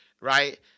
Right